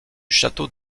château